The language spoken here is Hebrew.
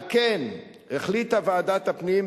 על כן החליטה ועדת הפנים,